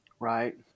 Right